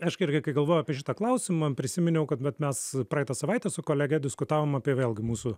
aš irgi galvojau apie šitą klausimą prisiminiau kad vat mes praeitą savaitę su kolege diskutavom apie vėlgi mūsų